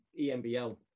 EMBL